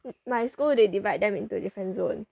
my school they divide them into different zones